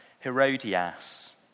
Herodias